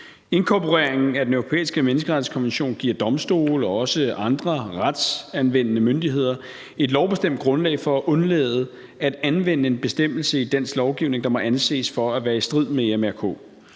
Inkorporeringen af Den Europæiske Menneskerettighedskonvention giver domstole og også andre retsanvendende myndigheder et lovbestemt grundlag for at undlade at anvende en bestemmelse i dansk lovgivning, der må anses for at være i strid med EMRK.